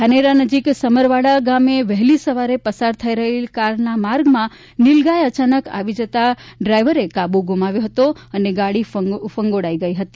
ધાનેરા નજીક સમરવાડા ગામે વહેલી સવારે પસાર થઈ રહેલી કારના માર્ગમાં નીલ ગાય અચાનક આવી જતા ડ્રાઇવરે કાબુ ગુમાવ્યો હતો અને ગાડી ફંગોળાઈ ગઈ હતી